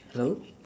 hello